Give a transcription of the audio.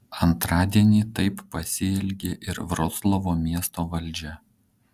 antradienį taip pasielgė ir vroclavo miesto valdžia